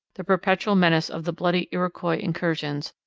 the perpetual menace of the bloody iroquois incursions,